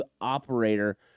operator